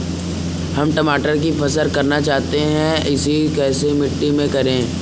हम टमाटर की फसल करना चाहते हैं इसे कैसी मिट्टी में करें?